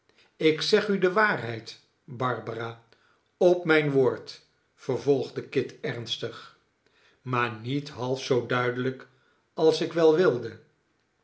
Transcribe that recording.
ik zeg u de waarheid barbara op mijn woord vervolgde kit ernstig maar niet half zoo duidelijk als ik wel wilde